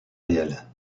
réel